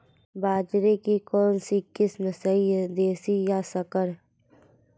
बाजरे की कौनसी किस्म सही हैं देशी या संकर?